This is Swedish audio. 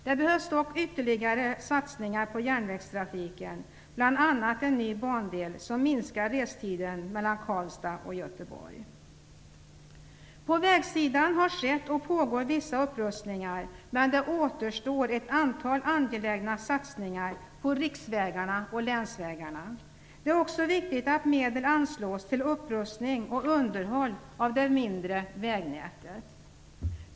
Det behövs dock ytterligare satsningar på järnvägstrafiken, bl.a. en ny bandel som minskar restiden mellan Karlstad och På vägsidan har skett och pågår vissa upprustningar. Men det återstår ett antal angelägna satsningar på riksvägarna och länsvägarna. Det är också viktigt att medel anslås till upprustning och underhåll av det mindre vägnätet.